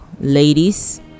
ladies